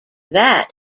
that